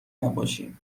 نباشی